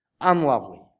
unlovely